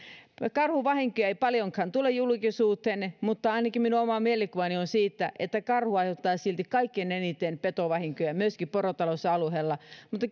karhuvahinkoja ei paljonkaan tule julkisuuteen mutta ainakin minun oma mielikuvani on se että karhu aiheuttaa silti kaikkein eniten petovahinkoja myöskin porotalousalueella mutta